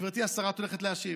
גברתי השרה, את הולכת להשיב.